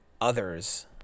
others